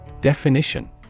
Definition